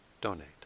donate